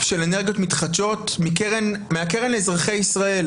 של אנרגיות מתחדשות מהקרן לאזרחי ישראל.